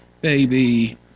Baby